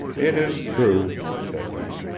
it is true, said he.